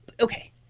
Okay